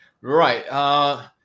Right